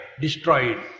destroyed